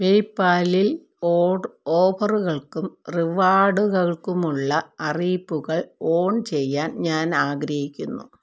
പേയ് പാലിൽ ഓട് ഓഫറുകൾക്കും റിവാർഡുകൾക്കുമുള്ള അറിയിപ്പുകൾ ഓൺ ചെയ്യാൻ ഞാൻ ആഗ്രഹിക്കുന്നു